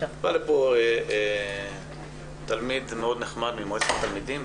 בא לפה תלמיד מאוד נחמד ממועצת התלמידים,